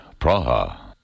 Praha